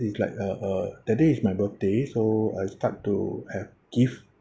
it's like uh uh that day is my birthday so I start to have gift